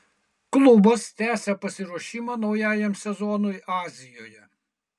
klubas tęsia pasiruošimą naujajam sezonui azijoje